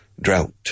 drought